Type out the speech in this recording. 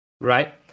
right